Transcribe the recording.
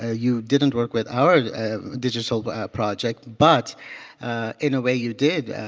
ah you didn't work with our digital but project, but in a way you did.